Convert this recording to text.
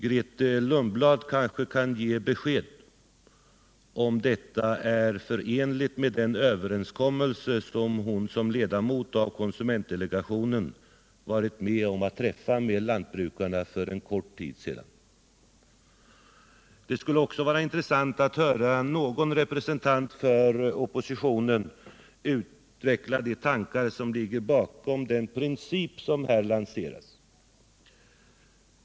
Grethe Lundblad kan kanske ge besked om huruvida detta är förenligt med den överenskommelse som hon för en kort tid sedan som ledamot av konsumentdelegationen var med om att träffa med lantbrukarna. Det skulle också vara intressant att höra någon representant för oppositionen utveckla de tankar som ligger bakom den princip som här lanseras.